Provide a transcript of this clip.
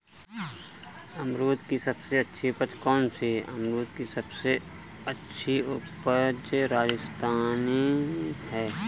अमरूद की सबसे अच्छी उपज कौन सी है?